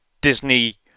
Disney